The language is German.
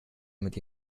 mit